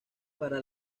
para